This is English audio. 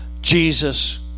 Jesus